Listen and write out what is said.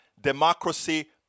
democracy